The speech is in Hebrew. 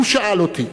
הוא שאל אותי: